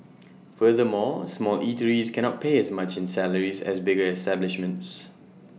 furthermore small eateries cannot pay as much in salaries as bigger establishments